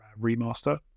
remaster